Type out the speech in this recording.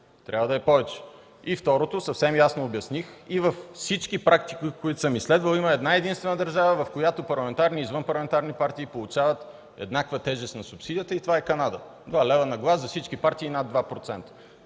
Трябва да е повече. И второ, съвсем ясно обясних и във всички практики, които съм изследвал, има една единствена държава, в която парламентарни и извънпарламентарни партии получават еднаква тежест на субсидията и това е Канада – 2 лева на глас за всички партии над 2%.